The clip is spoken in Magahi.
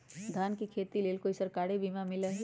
धान के खेती के लेल कोइ सरकारी बीमा मलैछई?